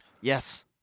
yes